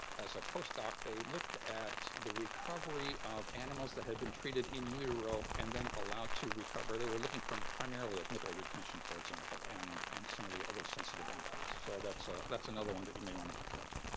as a postdoc, they looked at the recovery of animals that had been treated in utero and then allowed to recover. they were looking primarily at nipple retention for example and and some of the other sensitive endpoints. so that's that's another one that you may want to look at.